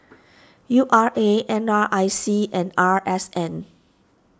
U R A N R I C and R S N